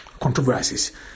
controversies